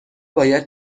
باید